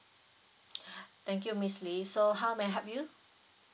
thank you miss lee so how may I help you